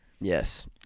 Yes